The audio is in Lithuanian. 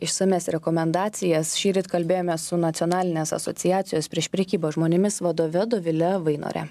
išsamias rekomendacijas šįryt kalbėjomės su nacionalinės asociacijos prieš prekybą žmonėmis vadove dovile vainore